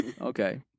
Okay